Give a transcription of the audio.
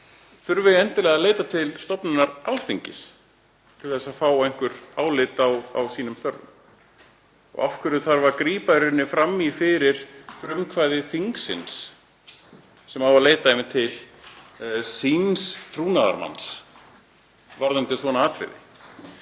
þurfi endilega að leita til stofnunar Alþingis til að fá álit á sínum störfum. Af hverju þarf að grípa fram í fyrir frumkvæði þingsins sem á að leita til síns trúnaðarmanns varðandi svona atriði?